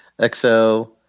XO